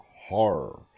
horror